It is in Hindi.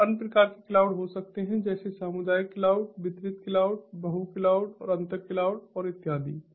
और अन्य प्रकार के क्लाउड हो सकते हैं जैसे सामुदायिक क्लाउड वितरित क्लाउड बहु क्लाउड अंतर क्लाउड और इत्यादि